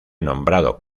nombrado